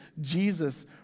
Jesus